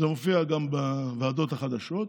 זה מופיע גם בוועדות החדשות.